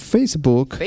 Facebook